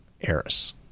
Eris